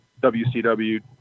WCW